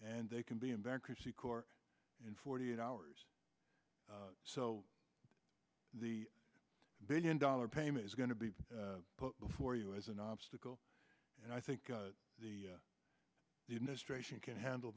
and they can be in bankruptcy court in forty eight hours so the billion dollar payment is going to be put before you as an obstacle and i think the administration can handle